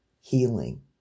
healing